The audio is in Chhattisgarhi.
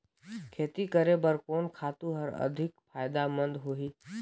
खेती करे बर कोन खातु हर अधिक फायदामंद होही?